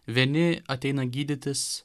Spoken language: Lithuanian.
vieni ateina gydytis